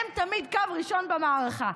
הם תמיד קו ראשון במערכה.